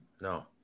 No